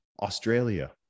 Australia